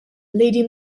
lady